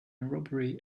robbery